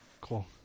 cool